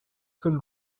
can